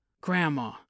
Grandma